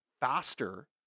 faster